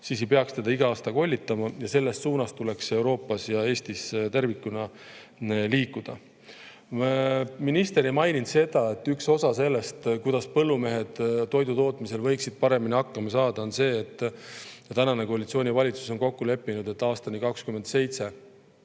siis ei peaks teda iga aasta kollitama. Selles suunas tuleks Euroopas ja Eestis tervikuna liikuda. Minister ei maininud, et üks osa sellest, kuidas põllumehed toidutootmisel paremini hakkama saavad, on see, et tänane koalitsioonivalitsus on kokku leppinud, et aastani 2027